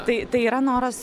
tai tai yra noras